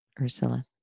Ursula